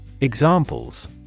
Examples